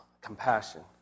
compassion